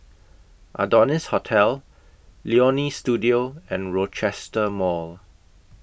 Adonis Hotel Leonie Studio and Rochester Mall